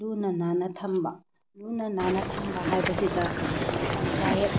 ꯂꯨꯅ ꯅꯥꯟꯅ ꯊꯝꯕ ꯂꯨꯅ ꯅꯥꯟꯅ ꯊꯝꯕ ꯍꯥꯏꯕꯁꯤꯗ ꯄꯟꯆꯥꯌꯠ